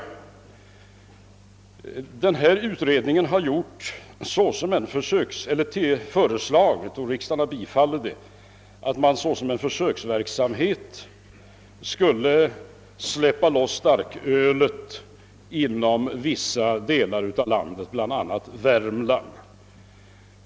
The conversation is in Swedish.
Alkoholpolitiska utredningen har föreslagit — och detta förslag har bifallits av riksdagen — en försöksverksamhet med frisläppande av starkölsförsäljningen inom vissa delar av landet, bl.a. Värmland.